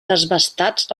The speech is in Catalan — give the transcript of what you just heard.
desbastats